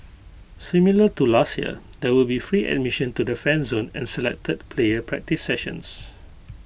similar to last year there will be free admission to the fan zone and selected player practice sessions